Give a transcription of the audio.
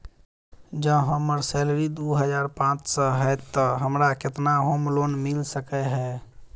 जँ हम्मर सैलरी दु हजार पांच सै हएत तऽ हमरा केतना होम लोन मिल सकै है?